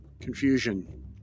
Confusion